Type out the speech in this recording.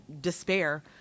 despair